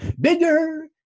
bigger